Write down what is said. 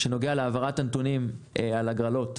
שנוגע להעברת הנתונים על הגרלות,